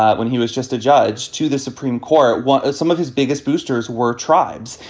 ah when he was just a judge to the supreme court, what are some of his biggest boosters were tribes,